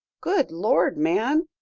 good lord, man!